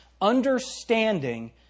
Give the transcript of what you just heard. Understanding